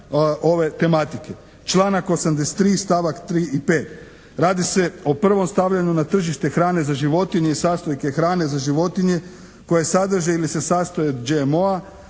ove tematike. Članak 83. stavak 3. i 5. Radi se o prvom stavljanju na tržište hrane za životinje i sastojke hrane za životinje koje sadrže ili se sastoje od GMO-a.